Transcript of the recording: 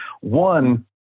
One